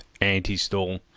anti-stall